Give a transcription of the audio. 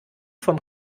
vom